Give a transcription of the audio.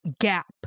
gap